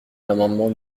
l’amendement